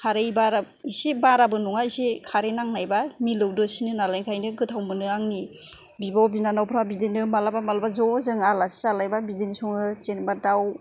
खारै बारा इसे बाराबो नङा एसे खारै नांनायबा मिलौदोसिनो नालाय ओंखायनो गोथाव मोनो आंनि बिब' बिनानावफ्रा बिदिनो मालाबा मालाबा ज' जोङो आलासिबो जालायबा बिदिनो सङो जेनेबा दाउ